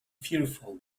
fearful